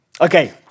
Okay